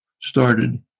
started